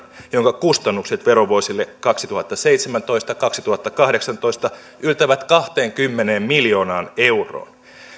jonka kustannukset verovuosille kaksituhattaseitsemäntoista viiva kaksituhattakahdeksantoista yltävät kahteenkymmeneen miljoonaan euroon